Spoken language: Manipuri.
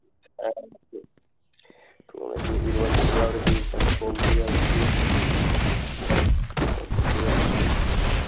ꯊꯣꯡꯉꯁꯤ ꯏꯔꯣꯟꯕꯁꯨ ꯌꯥꯎꯔꯁꯤ ꯆꯝꯊꯣꯡꯁꯨ ꯌꯥꯎꯔꯁꯤ ꯆꯝꯐꯨꯠꯁꯨ